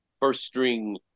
first-string